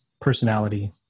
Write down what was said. personality